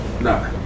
no